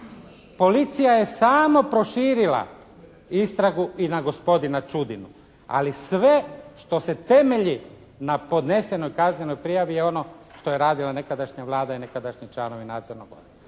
Policija je samo proširila istragu i na gospodina Čudinu ali sve što se temelji na podnesenoj kaznenoj prijavi je ono što je radila nekadašnja Vlada i nekadašnji članovi nadzornog